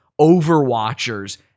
overwatchers